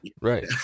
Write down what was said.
right